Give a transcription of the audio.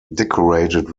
decorated